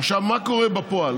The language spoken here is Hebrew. עכשיו, מה קורה בפועל?